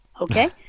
okay